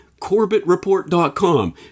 CorbettReport.com